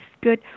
good